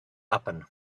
happen